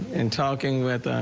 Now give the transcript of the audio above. in talking with ah